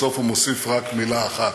בסוף הוא מוסיף רק מילה אחת: